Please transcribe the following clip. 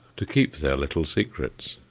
to keep their little secrets.